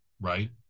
right